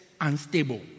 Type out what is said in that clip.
unstable